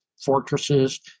fortresses